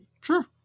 Sure